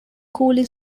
cooley